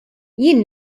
jien